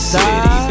city